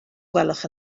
gwelwch